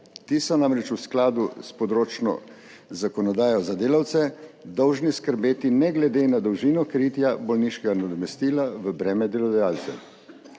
Ti so namreč v skladu s področno zakonodajo za delavce dolžni skrbeti ne glede na dolžino kritja bolniškega nadomestila v breme delodajalcev.